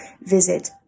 visit